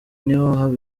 niho